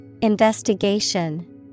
Investigation